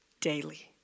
daily